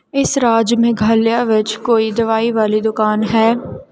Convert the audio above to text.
ਇਸ ਰਾਜ ਮੇਘਾਲਿਆ ਵਿੱਚ ਕੋਈ ਦਵਾਈ ਵਾਲੀ ਦੁਕਾਨ ਹੈ